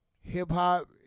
Hip-hop